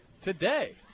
Today